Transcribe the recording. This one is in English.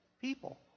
people